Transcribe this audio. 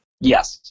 Yes